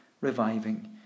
reviving